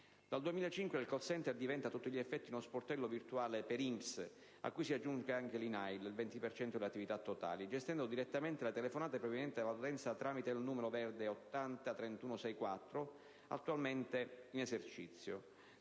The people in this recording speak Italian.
Dal 2005 il *call center* diventa a tutti gli effetti uno sportello virtuale per INPS, a cui si aggiunge anche INAIL (20 per cento delle attività totali), gestendo direttamente le telefonate provenienti dall'utenza tramite il numero verde 803164 attualmente in esercizio.